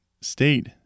state